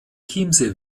chiemsee